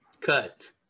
Cut